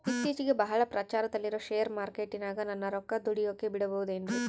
ಇತ್ತೇಚಿಗೆ ಬಹಳ ಪ್ರಚಾರದಲ್ಲಿರೋ ಶೇರ್ ಮಾರ್ಕೇಟಿನಾಗ ನನ್ನ ರೊಕ್ಕ ದುಡಿಯೋಕೆ ಬಿಡುಬಹುದೇನ್ರಿ?